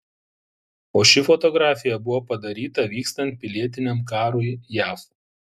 o ši fotografija buvo padaryta vykstant pilietiniam karui jav